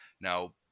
Now